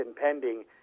pending